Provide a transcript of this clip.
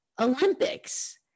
Olympics